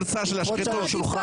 אולי תקפוץ על שולחן קצת.